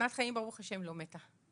מתנת חיים, ברוך השם, לא מתה.